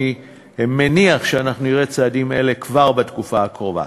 אני מניח שאנחנו נראה צעדים אלה כבר בתקופה הקרובה.